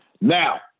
now